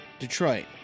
Detroit